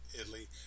Italy